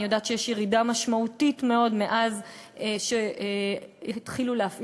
אני יודעת שיש ירידה משמעותית מאוד מאז שהתחילו להפעיל